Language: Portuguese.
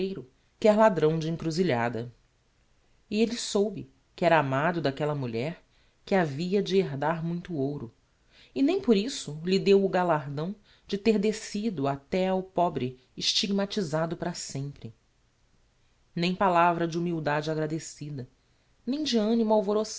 negreiro quer ladrão de encruzilhada e elle soube que era amado d'aquella mulher que havia de herdar muito ouro e nem por isso lhe deu o galardão de ter descido até ao pobre estigmatisado para sempre nem palavra de humildade agradecida